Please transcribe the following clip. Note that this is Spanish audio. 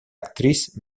actriz